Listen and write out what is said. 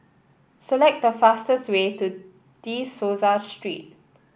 select the fastest way to De Souza Street